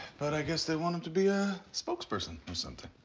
but i guess they want him to be a spokesperson or something.